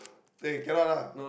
eh cannot lah